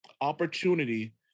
opportunity